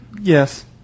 Yes